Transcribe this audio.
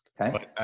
Okay